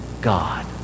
God